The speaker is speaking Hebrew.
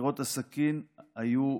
דקירות הסכין היו,